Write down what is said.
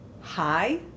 hi